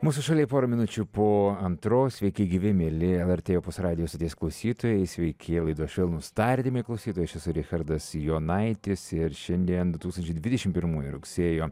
mūsų šalyje pora minučių po antros sveiki gyvi mieli lrt opus radijo stoties klausytojai sveiki laidos švelnūs tardymai klausytojai aš esu richardas jonaitis ir šiandien du tūkstančiai dvidešimt pirmųjų rugsėjo